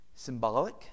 Symbolic